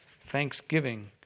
Thanksgiving